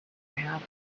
half